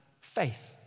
faith